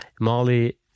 Molly